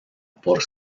por